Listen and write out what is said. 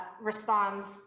responds